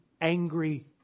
angry